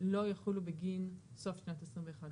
לא יחולו בגין סוף שנת 21,